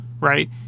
right